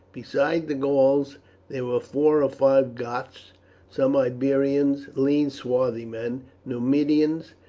besides the gauls there were four or five goths some iberians, lean swarthy men numidians,